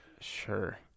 Sure